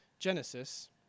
Genesis